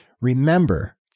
Remember